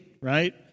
right